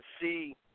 see